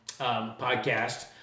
podcast